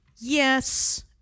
Yes